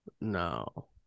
No